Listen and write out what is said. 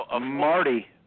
Marty